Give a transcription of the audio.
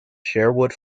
sherwood